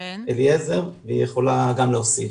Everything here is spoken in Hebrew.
והיא יכולה גם להוסיף,